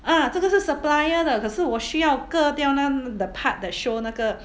ah 这个是 supplier 的可是我需要割掉那 the part that show 那个